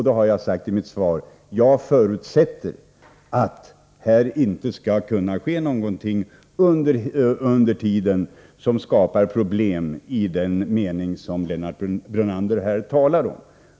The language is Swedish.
Då har jag sagt i mitt svar att jag förutsätter att här inte skall ske någonting under tiden som skapar problem i Lennart Brunanders mening.